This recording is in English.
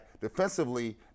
Defensively